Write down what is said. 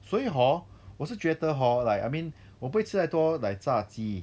所以 hor 我是觉得 hor like I mean 我不会吃太多 like 炸鸡